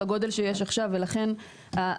לגודל שיש עכשיו ולכן השוברים,